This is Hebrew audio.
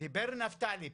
דיבר נפתלי פה.